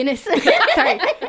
sorry